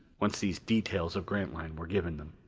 once these details of grantline were given them.